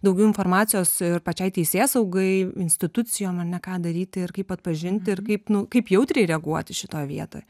daugiau informacijos ir pačiai teisėsaugai institucijom ar ne ką daryti ir kaip atpažinti ir kaip nu kaip jautriai reaguoti šitoj vietoj